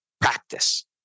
practice